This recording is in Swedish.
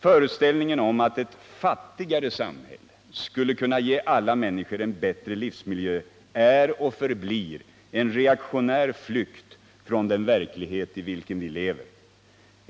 Föreställningen om att ett fattigare samhälle skulle kunna ge alla människor en bättre livsmiljö är och förblir en reaktionär flykt från den verklighet i vilken vi lever.